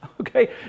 Okay